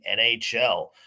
nhl